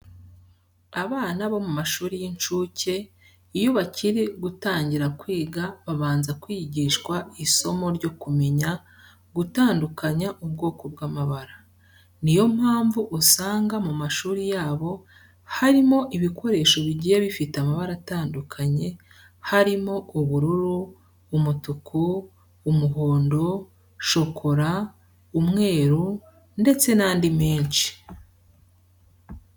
Abana bo mu mashuri y'incuke iyo bakiri gutangira kwiga babanza kwigishwa isomo ryo kumenya gutandukanya ubwoko bw'amabara. Niyo mpamvu uzasanga mu mashuri yabo harimo ibikoresho bigiye bifite amabara atandukanye harimo ubururu, umutuku, umuhondo, shokora, umweru ndetse n'andi menshi.